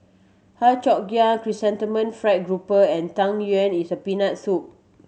Har Cheong Gai Chrysanthemum Fried Grouper and Tang Yuen is a Peanut Soup